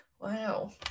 Wow